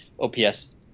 OPS